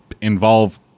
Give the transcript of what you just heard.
involve